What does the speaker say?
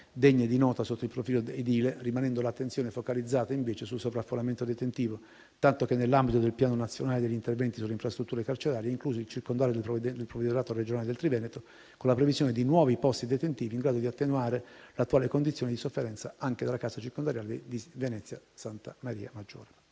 degne di nota sotto il profilo edile, rimanendo l'attenzione focalizzata, invece, sul sovraffollamento detentivo; nell'ambito del piano nazionale degli interventi sulle infrastrutture carcerarie, è incluso il circondario del provveditorato regionale del Triveneto, con la previsione di nuovi posti detentivi in grado di attenuare l'attuale condizione di sofferenza anche della casa circondariale di Venezia Santa Maria Maggiore.